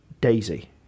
Daisy